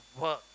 work